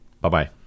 Bye-bye